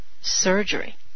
surgery